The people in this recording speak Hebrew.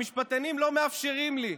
המשפטנים לא מאפשרים לי.